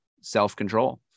self-control